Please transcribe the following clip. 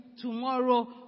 tomorrow